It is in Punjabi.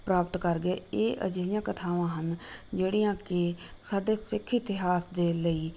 ਪ੍ਰਾਪਤ ਕਰ ਗਏ ਇਹ ਅਜਿਹੀਆਂ ਕਥਾਵਾਂ ਹਨ ਜਿਹੜੀਆਂ ਕਿ ਸਾਡੇ ਸਿੱਖ ਇਤਿਹਾਸ ਦੇ ਲਈ